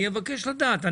אני אבקש לדעת,